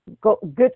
good